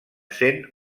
saint